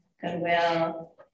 goodwill